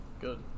Good